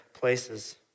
places